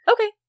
Okay